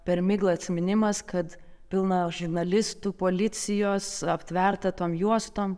per miglą atsiminimas kad pilna žurnalistų policijos aptverta tom juostom